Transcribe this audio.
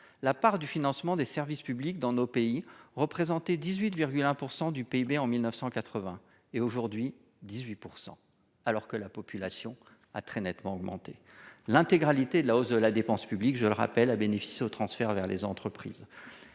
la part du financement des services publics dans notre pays représentait 18,1 % du PIB en 1980, contre 18 % aujourd'hui, alors que la population a très nettement augmenté. L'intégralité de la hausse de la dépense publique a profité aux transferts vers les entreprises.